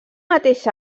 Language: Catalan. mateix